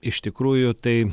iš tikrųjų tai